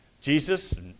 Jesus